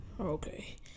Okay